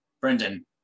Brendan